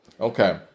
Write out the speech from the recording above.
Okay